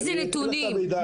איזה נתונים?